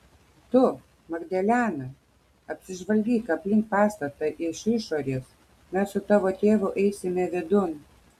tu magdalena apsižvalgyk aplink pastatą iš išorės mes su tavo tėvu eisime vidun